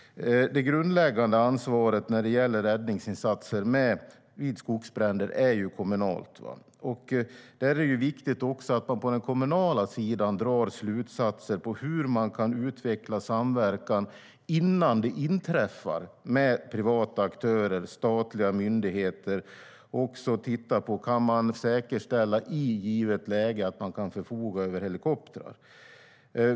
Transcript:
Det grundläggande ansvaret när det gäller räddningsinsatser vid skogsbränder är kommunalt. Då är det viktigt att man också på den kommunala sidan drar slutsatser om hur man kan utveckla samverkan med privata aktörer och statliga myndigheter innan något inträffar och titta på om man kan säkerställa att man i ett givet läge kan förfoga över helikoptrar.